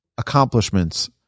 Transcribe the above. accomplishments